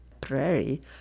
prairie